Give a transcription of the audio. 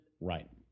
right